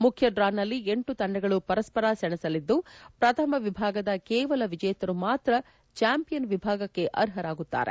ಮುಖ್ಯ ಡ್ರಾನಲ್ಲಿ ಎಂಟು ತಂಡಗಳು ಪರಸ್ವರ ಸೆಣಸಲಿದ್ದು ಪ್ರಥಮ ವಿಭಾಗದ ಕೇವಲ ವಿಜೇತರು ಮಾತ್ರ ಚಾಂಪಿಯನ್ ವಿಭಾಗಕ್ಕೆ ಆರ್ಹರಾಗುತ್ತಾರೆ